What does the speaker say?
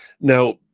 now